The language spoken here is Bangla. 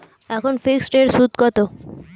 এখন ফিকসড এর সুদ কত?